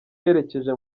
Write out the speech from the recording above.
yerekeje